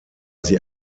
sie